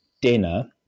dinner